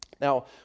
Now